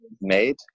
made